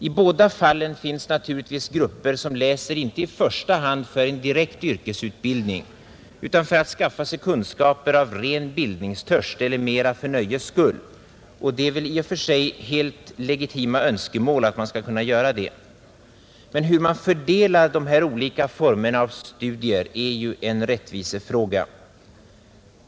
I båda fallen finns naturligtvis grupper som läser inte i första hand för direkt yrkesutbildning utan för att skaffa sig kunskaper av ren bildningstörst eller mera för nöjes skull, och det är väl i och för sig ett helt rimligt önskemål att man skall kunna göra det. Men hur man fördelar olika former av studier är en rättvisefråga.